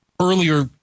earlier